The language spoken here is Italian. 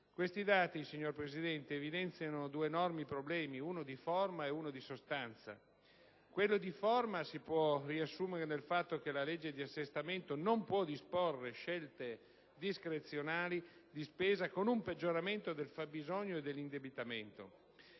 Questi dati, signora Presidente, evidenziano due enormi problemi, uno di forma ed uno di sostanza. Quello di forma si può riassumere nel fatto che la legge di assestamento non può disporre scelte discrezionali di spesa con un peggioramento del fabbisogno e dell'indebitamento.